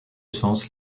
sens